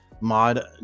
mod